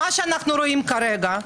מה שאנו רואים כרגע,